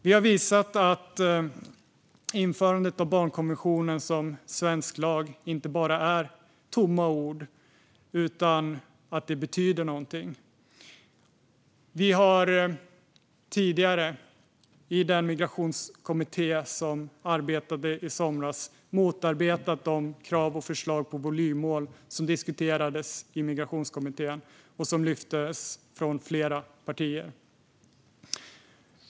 Vi har visat att införandet av barnkonventionen som svensk lag inte bara är tomma ord utan betyder någonting. Vi har tidigare i den migrationskommitté som arbetade i somras motarbetat de krav och förslag på volymmål som diskuterades i Migrationskommittén och som lyftes från flera partier.